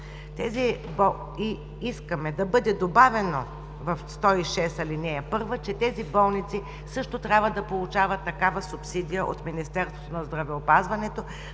Искаме да бъде добавено в чл. 106, ал. 1, че тези болници също трябва да получават такава субсидия от Министерството на здравеопазването